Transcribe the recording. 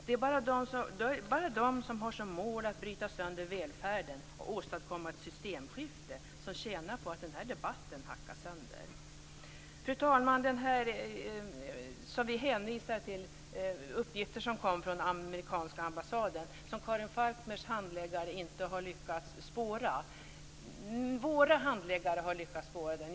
Det är bara de som har som mål att bryta sönder välfärden och åstadkomma ett systemskifte som tjänar på att den här debatten hackas sönder. Fru talman! Sedan vill jag säga något om de här uppgifterna som vi hänvisar till som kom från den amerikanska ambassaden. Karin Falkmers handläggare har inte lyckats spåra detta. Våra handläggare har lyckats spåra det.